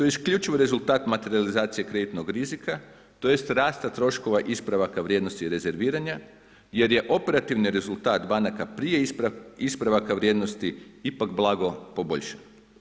To je isključivo rezultat materijalizacije kreditnog rizika, tj. rasta troškova ispravaka vrijednosti i rezerviranja jer je operativni rezultat banaka prije ispravaka vrijednosti ipak blago poboljšan.